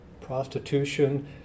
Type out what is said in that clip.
prostitution